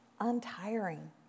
untiring